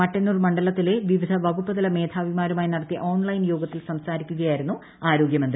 മട്ടന്നൂർ മണ്ഡലത്തിലെ വിവിധ വകുപ്പ്തല മേധാവിമാരുമായി നടത്തിയ ഓൺലൈൻ യോഗത്തിൽ സംസാരിക്കുകയായിരുന്നു ആരോഗ്യമന്ത്രി